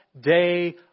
day